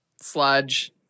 Sludge